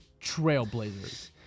Trailblazers